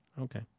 Okay